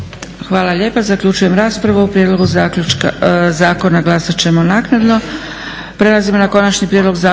Hvala lijepa. Zaključujem raspravu. O prijedlogu zakona glasat ćemo naknadno.